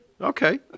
Okay